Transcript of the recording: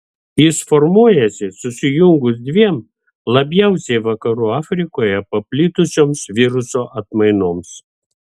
jis formuojasi susijungus dviem labiausiai vakarų afrikoje paplitusioms viruso atmainoms